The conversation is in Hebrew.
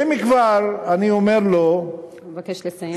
ואם כבר, אני אומר לו, אני מבקשת לסיים.